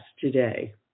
today